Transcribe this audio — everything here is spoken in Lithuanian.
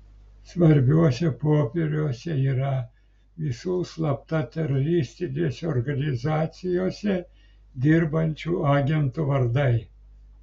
svarbiuose popieriuose yra visų slapta teroristinėse organizacijose dirbančių agentų vardai